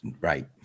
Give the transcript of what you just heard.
Right